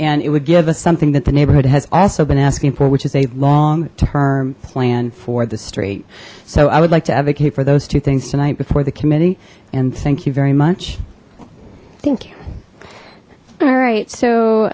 and it would give us something that the neighborhood has also been asking for which is a long term plan for the street so i would like to advocate for those two things tonight before the committee and thank you very much thank you alright so